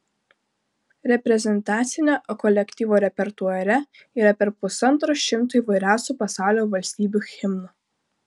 reprezentacinio kolektyvo repertuare yra per pusantro šimto įvairiausių pasaulio valstybių himnų